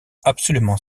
absolument